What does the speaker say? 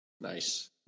Nice